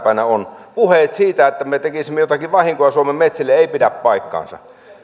päivänä ovat puheet siitä että me tekisimme jotakin vahinkoa suomen metsille eivät pidä paikkaansa